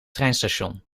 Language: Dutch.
treinstation